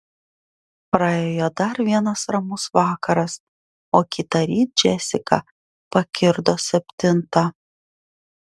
praėjo dar vienas ramus vakaras o kitąryt džesika pakirdo septintą